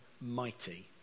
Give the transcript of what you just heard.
mighty